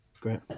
great